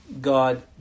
God